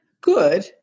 good